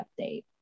update